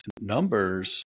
numbers